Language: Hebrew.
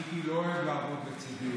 מיקי לא אוהב לעבוד לצידי.